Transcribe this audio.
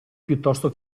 piuttosto